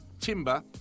timber